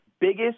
biggest